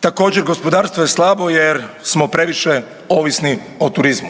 Također gospodarstvo je slabo jer smo previše ovisni o turizmu,